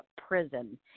prison